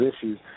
issues